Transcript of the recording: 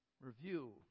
Review